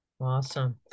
Awesome